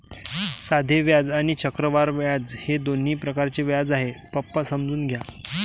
साधे व्याज आणि चक्रवाढ व्याज हे दोन प्रकारचे व्याज आहे, पप्पा समजून घ्या